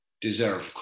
deserve